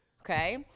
okay